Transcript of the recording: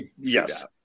Yes